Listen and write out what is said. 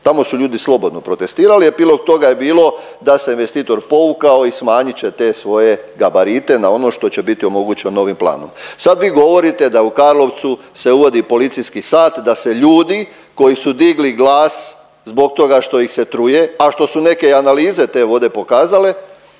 Tamo su ljudi slobodno protestirali. Epilog toga je bilo da se investitor povukao i smanjit će te svoje gabarite na ono što će biti omogućeno ovim planom. Sad vi govorite da u Karlovcu se uvodi policijski sat, da se ljudi koji su digli glas zbog toga što ih se truje, a što su neke i analize te vode pokazale